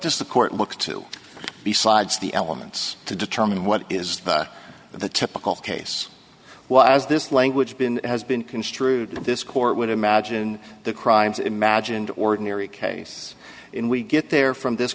does the court look to besides the elements to determine what is the typical case well as this language been has been construed in this court would imagine the crimes imagined ordinary case in we get there from this